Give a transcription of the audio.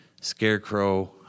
Scarecrow